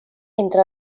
entre